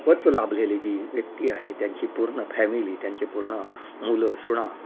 देवत्व लाभलेली जी व्यक्ती आहे त्यांची पूर्ण फॅमिली त्यांचे पूर्ण मुलं सुना